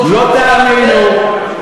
לא תאמינו,